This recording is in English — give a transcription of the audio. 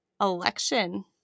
election